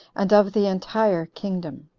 and of the entire kingdom.